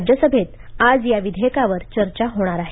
राज्यसभेत आज या विधेयकावर चर्चा होणार आहे